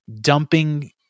dumping